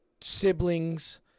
siblings